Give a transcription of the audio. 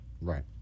Right